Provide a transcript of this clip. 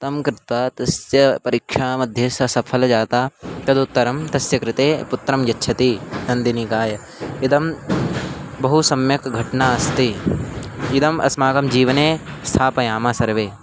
तं कृत्वा तस्य परीक्षामध्ये सः सफलः जातः तदुत्तरं तस्य कृते पुत्रं यच्छति नन्दिनी गौः इदं बहु सम्यक् घटना अस्ति इदम् अस्माकं जीवने स्थापयामः सर्वे